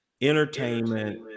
entertainment